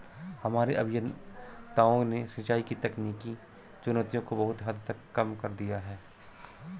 हमारे अभियंताओं ने सिंचाई की तकनीकी चुनौतियों को बहुत हद तक कम कर दिया है